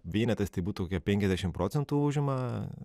vienetas tai būtų penkiasdešimt procentų užima